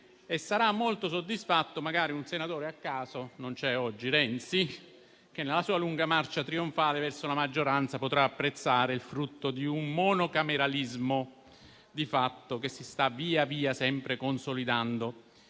Sarà molto soddisfatto un senatore a caso che oggi non c'è (Renzi) il quale, nella sua lunga marcia trionfale verso la maggioranza, potrà apprezzare il frutto di un monocameralismo di fatto che si sta via via sempre consolidando.